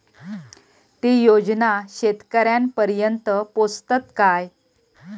ते योजना शेतकऱ्यानपर्यंत पोचतत काय?